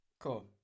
Cool